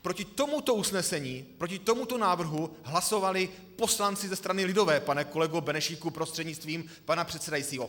Proti tomuto usnesení, proti tomuto návrhu hlasovali poslanci ze strany lidové, pane kolego Benešíku prostřednictvím pana předsedajícího.